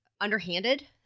underhanded